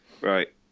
right